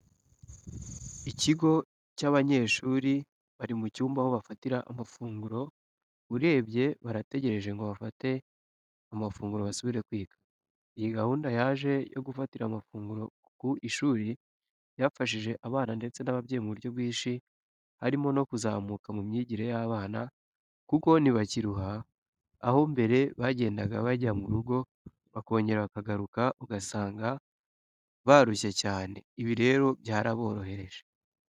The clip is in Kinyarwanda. Ikigo cy'abanyeshuri bari mu cyumba aho bafatira amafunguro , urebye barategereja ngo bafate mafunguro basubire kwiga. Iyi gahunda yaje yo gufatira amafuguro ku ishuri byafashije abana ndetse n'ababyeyi mu buryo bwinshi harimo no kuzamuka mu myigire y'abana kuko ntibakiruha, aho mbere bagendaga bajya mu rugo bokongera bakagaruka ugasanga barushye cyane ibi rero byaraborohereje.